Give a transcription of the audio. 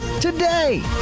today